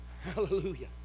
hallelujah